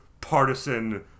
partisan